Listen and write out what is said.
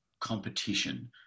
competition